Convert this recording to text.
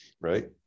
Right